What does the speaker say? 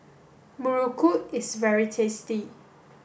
Muruku is very tasty